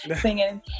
singing